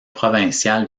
provincial